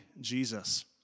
Jesus